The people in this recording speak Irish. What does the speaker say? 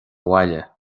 bhaile